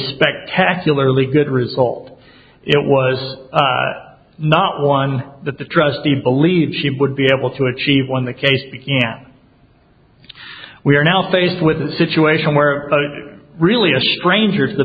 spectacularly good result it was not one that the trustee believed she would be able to achieve when the case we are now faced with a situation where but it's really a stranger to the